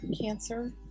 cancer